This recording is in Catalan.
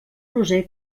roser